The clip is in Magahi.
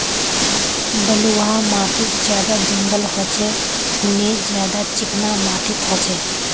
बलवाह माटित ज्यादा जंगल होचे ने ज्यादा चिकना माटित होचए?